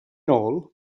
all